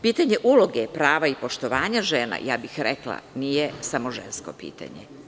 Pitanje uloge prava i poštovanja žena rekla bih da nije samo žensko pitanje.